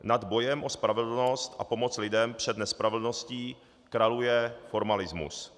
Nad bojem o spravedlnost a pomoct lidem před nespravedlností kraluje formalismus.